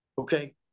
Okay